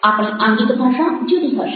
આપણી આંગિક ભાષા જુદી હશે